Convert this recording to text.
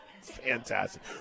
Fantastic